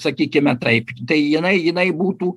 sakykime taip tai jinai jinai būtų